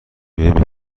میوه